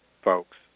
folks